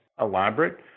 elaborate